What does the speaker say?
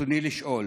ברצוני לשאול: